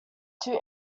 two